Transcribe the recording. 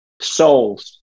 soul's